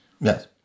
Yes